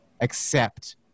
accept